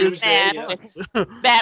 Batman